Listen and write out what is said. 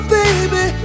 baby